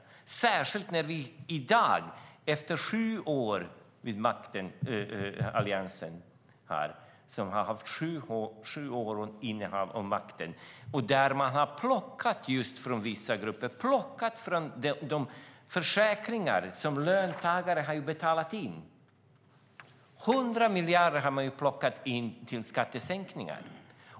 Det gäller särskilt när man i dag, efter Alliansens sju år med innehav av makten, har plockat från vissa grupper. Man har plockat från de försäkringar som löntagare har betalat in. 100 miljarder har man plockat in till skattesänkningar.